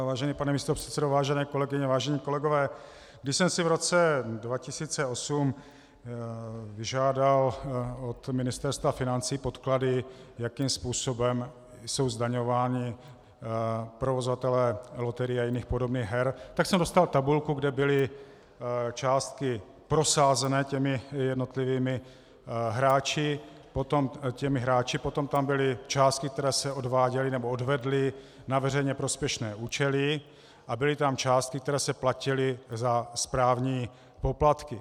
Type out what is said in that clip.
Vážený pane místopředsedo, vážené kolegyně, vážení kolegové, když jsem si v roce 2008 vyžádal od Ministerstva financí podklady, jakým způsobem jsou zdaňováni provozovatelé loterií a jiných podobných her, tak jsem dostal tabulku, kde byly částky prosázené jednotlivými hráči, potom tam byly částky, které se odváděly nebo odvedly na veřejně prospěšné účely, a byly tam částky, které se platily za správní poplatky.